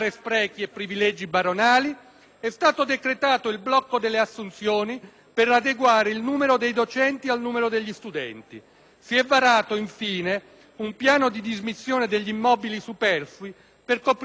é stato decretato il blocco delle assunzioni per adeguare il numero dei docenti al numero degli studenti. Si è varato, infine, un piano di dismissione degli immobili superflui per coprire il debito pregresso;